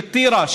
של טירה,